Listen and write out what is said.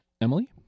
emily